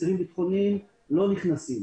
אסירים ביטחוניים לא נכנסים.